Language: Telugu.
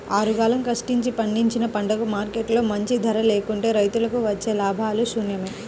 ఆరుగాలం కష్టించి పండించిన పంటకు మార్కెట్లో మంచి ధర లేకుంటే రైతులకు వచ్చే లాభాలు శూన్యమే